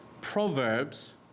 Proverbs